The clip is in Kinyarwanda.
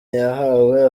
yahawe